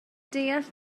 deall